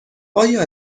آیا